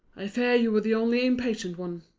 i fear you were the only impatient one.